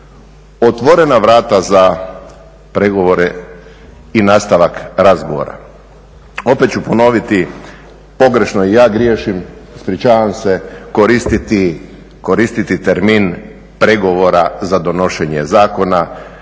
otvorena vrata za pregovore i nastavak razgovora. Opet ću ponoviti, pogrešno i ja griješim. Ispričavam se, koristiti termin pregovora za donošenje zakona.